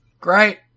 Great